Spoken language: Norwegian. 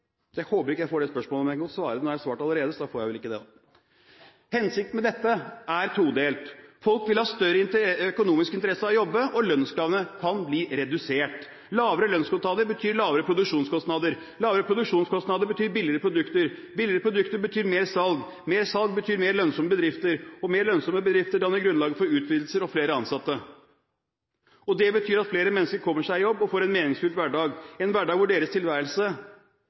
Jeg håper ikke jeg får det spørsmålet, men jeg kan godt svare – nå har jeg svart allerede, så da får jeg vel ikke det. Hensikten med dette er todelt. Folk vil ha større økonomisk interesse av å jobbe, og lønnskravene kan bli redusert. Lavere lønnskostnader betyr lavere produksjonskostnader, lavere produksjonskostnader betyr billigere produkter, billigere produkter betyr mer salg, mer salg betyr mer lønnsomme bedrifter, og mer lønnsomme bedrifter danner grunnlaget for utvidelser og flere ansatte. Det betyr at flere mennesker kommer seg i jobb og får en meningsfylt hverdag – en hverdag hvor deres